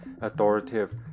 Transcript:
authoritative